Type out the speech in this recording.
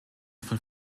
von